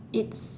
it's